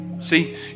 See